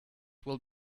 will